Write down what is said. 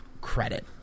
credit